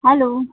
hello